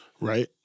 right